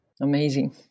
Amazing